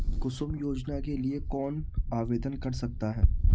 कुसुम योजना के लिए कौन आवेदन कर सकता है?